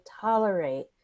tolerate